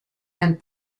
and